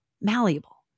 Malleable